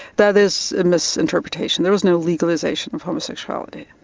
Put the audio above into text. that is a misinterpretation. there was no legalisation of homosexuality.